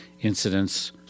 incidents